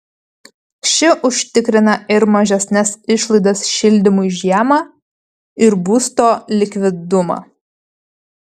ši užtikrina ir mažesnes išlaidas šildymui žiemą ir būsto likvidumą